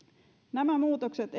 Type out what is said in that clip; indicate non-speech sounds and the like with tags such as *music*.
nämä muutokset *unintelligible*